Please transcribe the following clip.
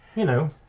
you know.